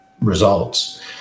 results